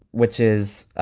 which is.